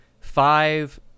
five